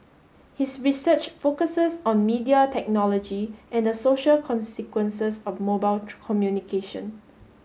his research focuses on media technology and the social consequences of mobile communication